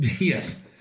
Yes